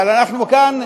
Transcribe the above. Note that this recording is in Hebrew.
אבל אנחנו כאן,